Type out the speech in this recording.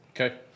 Okay